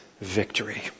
victory